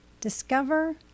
discover